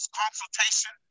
consultation